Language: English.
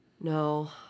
no